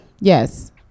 Yes